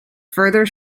further